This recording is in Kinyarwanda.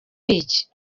iki